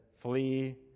flee